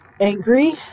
Angry